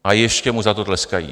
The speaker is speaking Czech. A ještě mu za to tleskají.